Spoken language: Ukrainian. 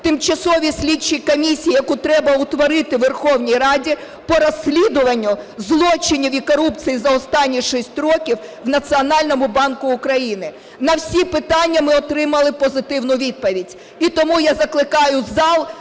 тимчасовій слідчій комісії, яку треба утворити у Верховній Раді по розслідуванню злочинів і корупції за останні 6 років в Національному банку України? На всі питання ми отримали позитивну відповідь. І тому я закликаю зал